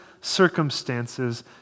circumstances